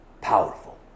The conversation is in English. Powerful